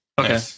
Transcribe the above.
Okay